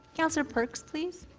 councillor perks, please.